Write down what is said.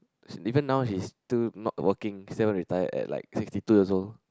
even now she's still not working still haven't retired at like sixty two years old